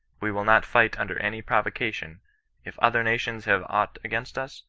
we will not fight under any provocation if other nations have aught against us,